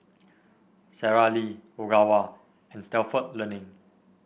Sara Lee Ogawa and Stalford Learning